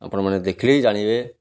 ଆପଣମାନେ ଦେଖିଲେ ଜାଣିବେ